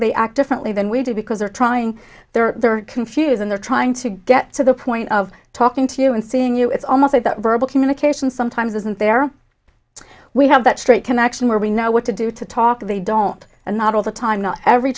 they act differently than we do because they're trying they're confused and they're trying to get to the point of talking to you and seeing you it's almost like that verbal communication sometimes isn't there we have that straight connection where we know what to do to talk they don't and not all the time not every